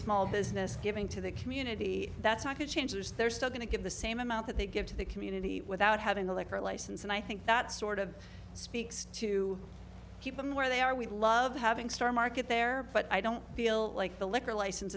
small business giving to the community that's not good chances they're still going to get the same amount that they give to the community without having a liquor license and i think that sort of speaks to keep them where they are we love having star market there but i don't feel like the liquor license